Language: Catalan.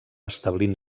establint